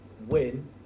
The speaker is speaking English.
win